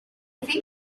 think